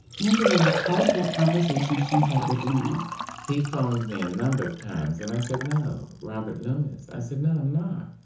angela recalls that conversation she had with loomis he phoned me a number of times and i said, no. robert loomis. i said, no, i'm not.